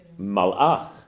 Malach